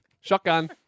Shotgun